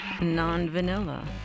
Non-Vanilla